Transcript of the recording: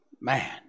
Man